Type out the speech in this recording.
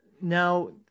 now